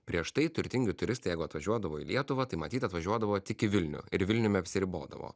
prieš tai turtingi turistai jeigu atvažiuodavo į lietuvą tai matyt atvažiuodavo tik į vilnių ir vilniumi apsiribodavo